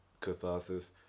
Catharsis